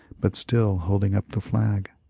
but still holding up the flag.